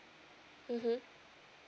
mmhmm